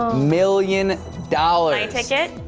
million dolly take it.